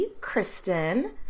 Kristen